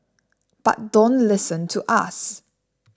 but don't listen to us